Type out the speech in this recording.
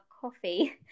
coffee